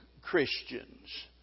Christians